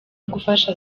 gufasha